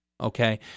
okay